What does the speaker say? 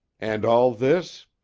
and all this?